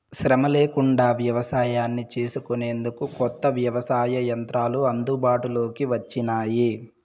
శ్రమ లేకుండా వ్యవసాయాన్ని చేసుకొనేందుకు కొత్త వ్యవసాయ యంత్రాలు అందుబాటులోకి వచ్చినాయి